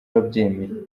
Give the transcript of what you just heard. wabyemeye